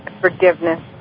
forgiveness